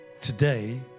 today